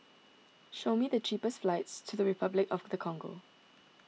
show me the cheapest flights to Repuclic of the Congo